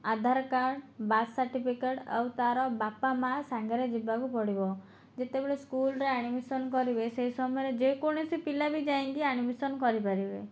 ଆଧାର card birth certificate ଆଉ ତା'ର ବାପା ମା' ସାଙ୍ଗରେ ଯିବାକୁ ପଡ଼ିବ ଯେତେବେଳେ ସ୍କୁଲ୍ରେ ଆଡ଼ମିସନ୍ କରିବେ ସେହି ସମୟରେ ଯେକୌଣସି ପିଲା ବି ଯାଇକି ଆଡ଼ମିସନ୍ କରିପାରିବେ